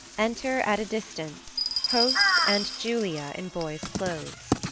enter at a distance, host, and julia in boy's clothes